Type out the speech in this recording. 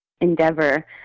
endeavor